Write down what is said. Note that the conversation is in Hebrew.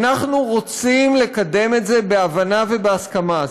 שאנחנו רוצים לקדם את זה בהבנה ובהסכמה.